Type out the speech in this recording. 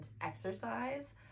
exercise